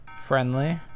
friendly